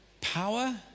power